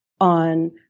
on